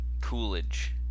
Coolidge